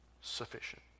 sufficient